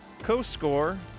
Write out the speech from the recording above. co-score